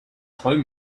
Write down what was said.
home